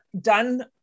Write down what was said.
done